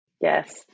Yes